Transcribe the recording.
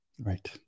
right